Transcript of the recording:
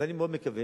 ואני מאוד מקווה